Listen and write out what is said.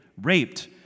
raped